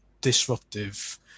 disruptive